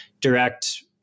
direct